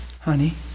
Honey